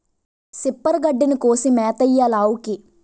సిప్పరు గడ్డిని కోసి మేతెయ్యాలావుకి